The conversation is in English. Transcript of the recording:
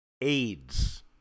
AIDS